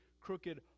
crooked